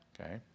Okay